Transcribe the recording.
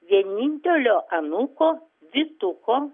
vienintelio anūko vytuko